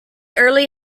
early